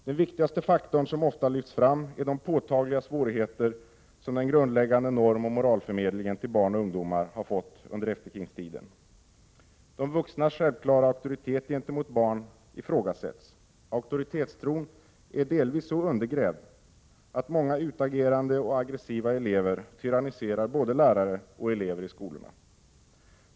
Den viktigaste faktorn, som ofta lyfts fram, är de påtagliga svårigheter som den grundläggande normoch moralförmedlingen till barn och ungdomar har fått under efterkrigstiden. De vuxnas självklara auktoritet mot barn ifrågasätts. Auktoritetstron är delvis så undergrävd att många utagerande och aggressiva elever tyranniserar både lärare och elever i skolorna.